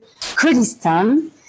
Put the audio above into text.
Kurdistan